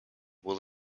will